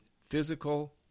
physical